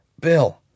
bill